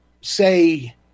say